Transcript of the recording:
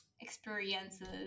experiences